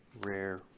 Rare